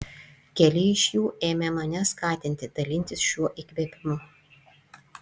keli iš jų ėmė mane skatinti dalintis šiuo įkvėpimu